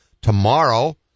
tomorrow